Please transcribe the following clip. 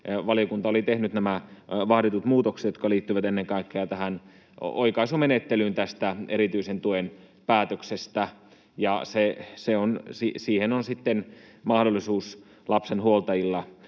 valiokunta oli tehnyt nämä vaaditut muutokset, jotka liittyvät ennen kaikkea tähän oikaisumenettelyyn tästä erityisen tuen päätöksestä. Siihen päätökseen on sitten mahdollisuus lapsen huoltajilla